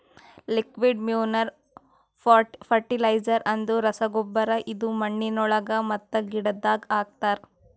liquid manure fertiliser ಅಂದುರ್ ರಸಗೊಬ್ಬರ ಇದು ಮಣ್ಣಿನೊಳಗ ಮತ್ತ ಗಿಡದಾಗ್ ಹಾಕ್ತರ್